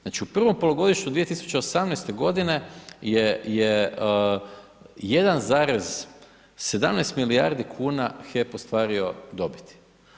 Znači u prvom polugodištu 2018. g. je 1,17 milijardi kuna HEP ostvario dobiti.